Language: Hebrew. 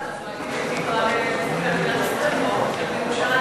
תקרא לאזרחי מדינת ישראל לבוא לבקר בירושלים.